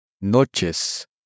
noches